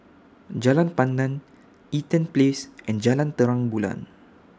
Jalan Pandan Eaton Place and Jalan Terang Bulan